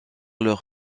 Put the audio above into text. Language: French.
leur